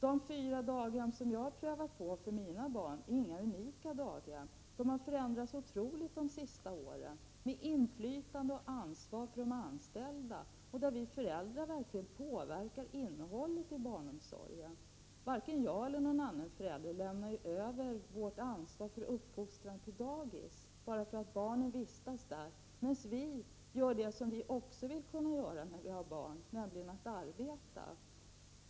De fyra daghem som jag har erfarenhet av genom mina barn är inte några unika daghem, men de har förändrats otroligt under de senaste åren. Inflytande och ansvar för de anställda har ökat, och vi föräldrar kan verkligen påverka innehållet i barnomsorgen. Varken jag eller någon annan förälder lämnar över vårt ansvar för uppfostran till dagis bara för att barnen vistas där medan vi föräldrar gör det som vi också vill kunna göra fast vi har barn, nämligen att arbeta.